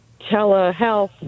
telehealth